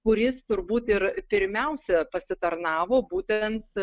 kuris turbūt ir pirmiausia pasitarnavo būtent